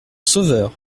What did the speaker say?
sauveur